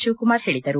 ಶಿವಕುಮಾರ್ ಹೇಳಿದರು